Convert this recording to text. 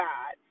God